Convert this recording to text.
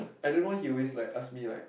I don't know he always like ask me like